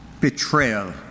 Betrayal